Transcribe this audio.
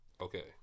okay